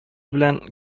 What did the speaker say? белән